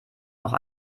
noch